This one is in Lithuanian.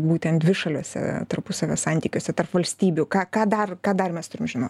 būtent dvišaliuose tarpusavio santykiuose tarp valstybių ką ką dar ką dar mes turim žinot